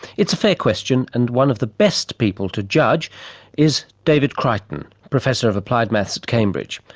it's a fair question, and one of the best people to judge is david crighton, professor of applied maths at cambridge.